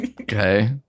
Okay